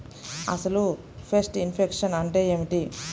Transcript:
అసలు pest infection అంటే ఏమిటి?